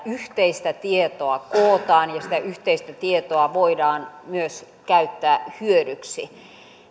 yhteistä tietoa kootaan ja sitä yhteistä tietoa voidaan myös käyttää hyödyksi